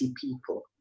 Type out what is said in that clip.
people